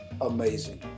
amazing